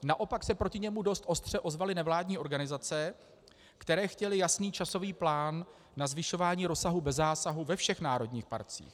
Naopak se proti němu dost ostře ozvaly nevládní organizace, které chtěly jasný časový plán na zvyšování rozsahu bez zásahu ve všech národních parcích.